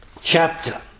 chapter